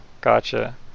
Gotcha